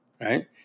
right